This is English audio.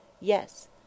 Yes